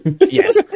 Yes